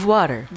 Water